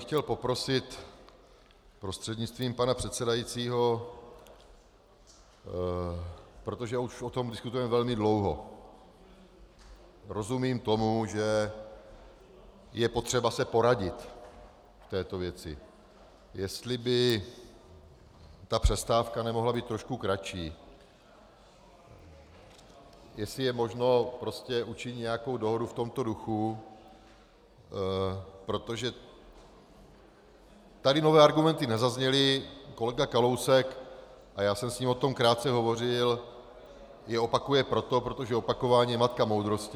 Chtěl bych poprosit prostřednictvím pana předsedajícího, protože už o tom diskutujeme velmi dlouho rozumím tomu, že je potřeba se poradit v této věci jestli by ta přestávka nemohla být trošku kratší, jestli je možno prostě učinit nějakou dohodu v tomto duchu, protože tady nové argumenty nezazněly, protože kolega Kalousek, a já jsem s ním o tom krátce hovořil, je opakuje proto, protože opakování je matka moudrosti.